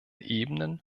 ebenen